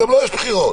בבקשה.